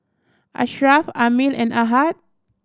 Ashraff Ammir and Ahad